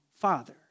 Father